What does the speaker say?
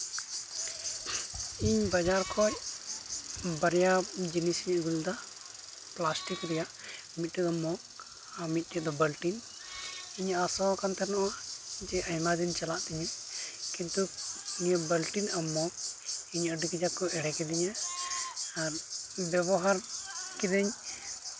ᱤᱧ ᱵᱟᱡᱟᱨ ᱠᱷᱚᱡ ᱵᱟᱨᱭᱟ ᱡᱤᱱᱤᱥᱤᱧ ᱟᱹᱜᱩ ᱞᱮᱫᱟ ᱯᱞᱟᱥᱴᱤᱠ ᱨᱮᱭᱟᱜ ᱢᱤᱫᱴᱮᱡ ᱫᱚ ᱢᱚᱜᱽ ᱟᱨ ᱢᱤᱫᱴᱮᱡ ᱫᱚ ᱵᱟᱞᱴᱤᱱ ᱤᱧ ᱟᱥᱟᱣᱟᱠᱟᱱ ᱛᱟᱦᱮᱱ ᱱᱚᱣᱟ ᱡᱮ ᱟᱭᱢᱟ ᱫᱤᱱ ᱪᱟᱞᱟᱜ ᱛᱤᱧᱟᱹ ᱠᱤᱱᱛᱩ ᱱᱤᱭᱟᱹ ᱵᱟᱞᱴᱤᱱ ᱟᱨ ᱢᱚᱜᱽ ᱤᱧ ᱟᱹᱰᱤ ᱠᱟᱡᱟᱠ ᱠᱚ ᱮᱲᱮ ᱠᱤᱫᱤᱧᱟ ᱟᱨ ᱵᱮᱵᱚᱦᱟᱨ ᱠᱤᱫᱟᱹᱧ